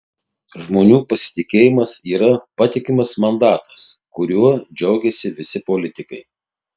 žmonių pasitikėjimas yra patikimas mandatas kuriuo džiaugiasi visi politikai